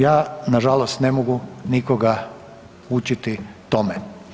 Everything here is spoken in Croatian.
Ja nažalost ne mogu nikoga učiti tome.